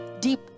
deep